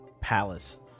palace